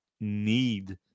need